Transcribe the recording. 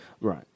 Right